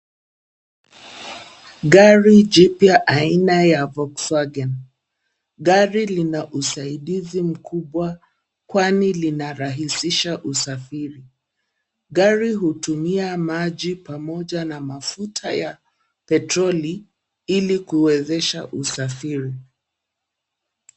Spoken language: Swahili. Gari jipya aina ya box wagon .Gari lina usaidizi mkubwa kwani linarahisisha usafiri. Gari hutumia maji pamoja na mafuta ya petroli ili kuwezesha usafiri.